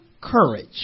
courage